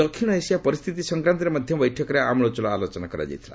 ଦକ୍ଷିଣ ଏସିଆ ପରିସ୍ଥିତି ସଂକ୍ରାନ୍ତରେ ମଧ୍ୟ ବୈଠକରେ ଆମୁଳଚଳ ଆଲୋଚନା କରାଯାଇଥିଲା